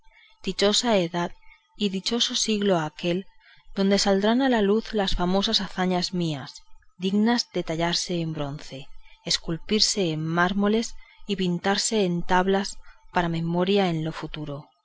dichosa edad y siglo dichoso aquel adonde saldrán a luz las famosas hazañas mías dignas de entallarse en bronces esculpirse en mármoles y pintarse en tablas para memoria en lo futuro